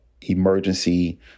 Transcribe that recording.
emergency